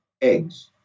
eggs